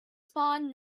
spawn